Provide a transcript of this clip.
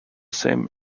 same